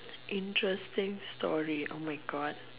interesting story oh my God